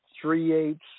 three-eighths